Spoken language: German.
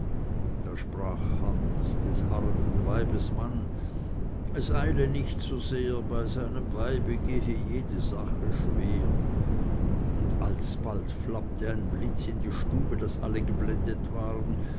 da sprach hans des harrenden weibes mann es eile nicht so sehr bei seinem weibe gehe jede sache schwer und alsobald flammte ein blitz in die stube daß alle geblendet waren